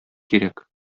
кирәк